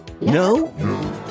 No